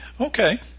Okay